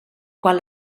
qual